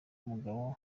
mugabo